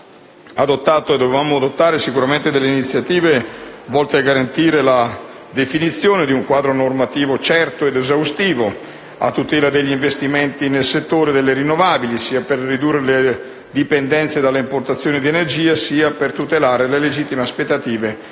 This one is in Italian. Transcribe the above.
sicuramente dovevamo adottare iniziative volte a garantire la definizione di un quadro normativo certo ed esaustivo a tutela degli investimenti nel settore delle rinnovabili, sia per ridurre le dipendenze dalle importazioni di energia sia per tutelare le legittime aspettative delle